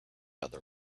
other